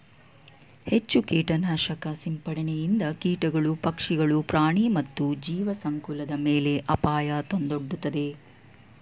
ಹೆಚ್ಚು ಕೀಟನಾಶಕ ಸಿಂಪಡಣೆಯಿಂದ ಕೀಟಗಳು, ಪಕ್ಷಿಗಳು, ಪ್ರಾಣಿ ಮತ್ತು ಜೀವಸಂಕುಲದ ಮೇಲೆ ಅಪಾಯ ತಂದೊಡ್ಡುತ್ತದೆ